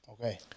Okay